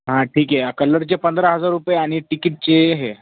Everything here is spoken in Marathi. हां ठीक आहे कलरचे पंधरा हजार रुपये आणि तिकीटचे हे